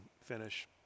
finish